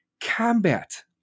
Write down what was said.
combat-